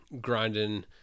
grinding